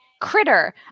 Critter